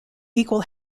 equal